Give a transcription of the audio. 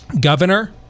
governor